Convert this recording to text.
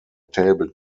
table